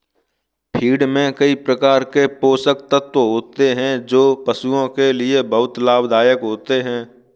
feed में कई प्रकार के पोषक तत्व होते हैं जो पशुओं के लिए बहुत लाभदायक होते हैं